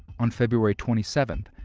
on feb. twenty seven,